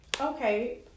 Okay